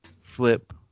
flip